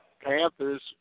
Panthers